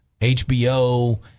HBO